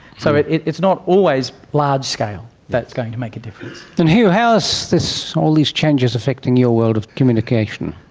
so it's not always large-scale that it's going to make a difference. and hugh, how so are all these changes affecting your world of communication?